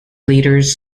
leaders